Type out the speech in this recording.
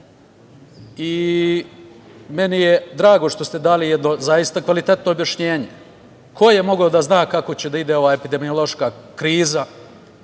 Meni je drago što ste dali jedno zaista kvalitetno objašnjenje. Ko je mogao da zna kako će da ide ova epidemiološka kriza,